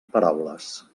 paraules